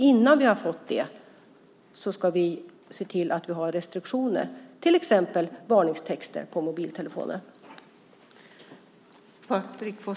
Innan vi har fått det ska vi ha restriktioner, till exempel varningstexter på mobiltelefoner.